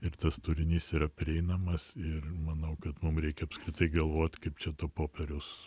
ir tas turinys yra prieinamas ir manau kad mum reikia apskritai galvot kaip čia to popieriaus